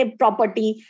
property